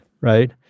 right